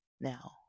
now